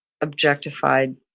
objectified